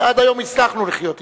ועד היום הצלחנו לחיות אתו.